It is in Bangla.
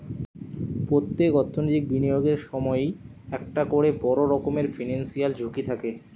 পোত্তেক অর্থনৈতিক বিনিয়োগের সময়ই একটা কোরে বড় রকমের ফিনান্সিয়াল ঝুঁকি থাকে